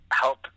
help